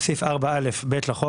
קביעת סכום מינימום 2. בסעיף 4א(ב) לחוק,